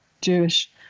Jewish